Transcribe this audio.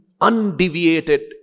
undeviated